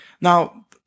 Now